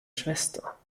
schwester